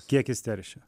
kiek jis teršia